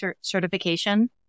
certification